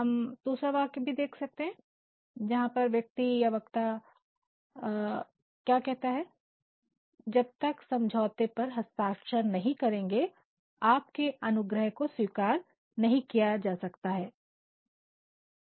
हम दूसरा वाक्य भी देख सकते हैं जहां पर व्यक्ति या वक्ता क्या कहता है ' जब तक समझौते पर हस्ताक्षर नहीं करेंगे आपके अनुग्रह को स्वीकार नहीं किया जा सकता है'